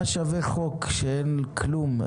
מה שווה חוק כשאין כלום,